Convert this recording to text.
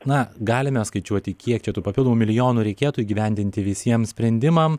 na galime skaičiuoti kiek čia tų papildomų milijonų reikėtų įgyvendinti visiem sprendimam